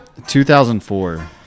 2004